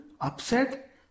upset